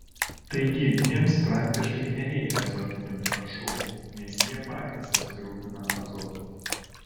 taigi jiems praktiškai nereikia azotinių trąšų nes jie patys apsirūpina azotu